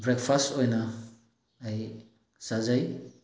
breakfast ꯑꯣꯏꯅ ꯑꯩ ꯆꯥꯖꯩ